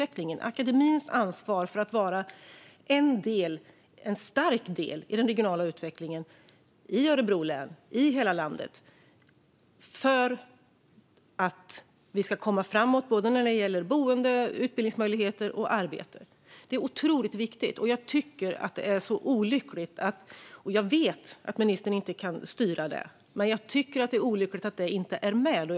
Det handlar om akademins ansvar för att vara en stark del i den regionala utvecklingen, i Örebro län och i hela landet, för att vi ska komma framåt när det gäller boende, utbildningsmöjligheter och arbete. Detta är otroligt viktigt. Jag tycker att det är olyckligt att det inte är med - och jag vet att ministern inte kan styra detta.